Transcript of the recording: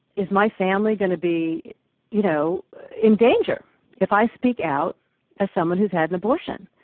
is my family going to be you know in danger if i speak out as someone who's had an abortion?